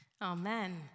Amen